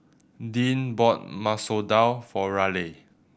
Deane bought Masoor Dal for Raleigh